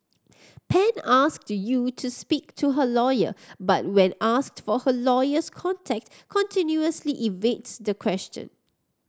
pan asked Yew to speak to her lawyer but when asked for her lawyer's contact continuously evades the question